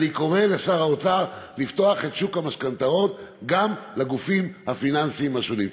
אני קורא לשר האוצר לפתוח את שוק המשכנתאות גם לגופים הפיננסיים השונים.